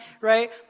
right